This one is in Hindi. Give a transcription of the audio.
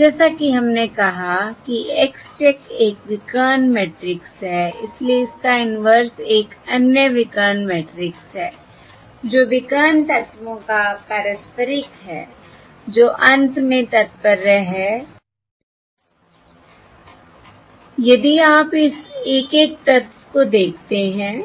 जैसा कि हमने कहा कि X चेक एक विकर्ण मैट्रिक्स है इसलिए इसका इनवर्स एक अन्य विकर्ण मैट्रिक्स है जो विकर्ण तत्वों का पारस्परिक है जो अंत में तात्पर्य है यदि आप इस एक एक तत्व को देखते हैं